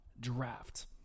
draft